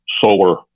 solar